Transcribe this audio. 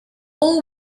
all